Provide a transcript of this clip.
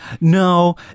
No